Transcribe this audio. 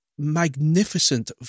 magnificent